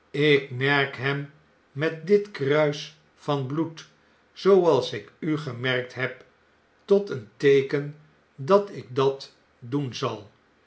ik merk hem met dit kruis van bloed zooals ik u gemerkt heb tot een teeken dat ik dat doen zal